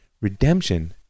Redemption